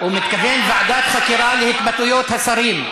הוא מתכוון: ועדת חקירה על התבטאויות השרים.